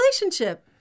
relationship